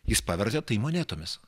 jis pavertė tai monetomis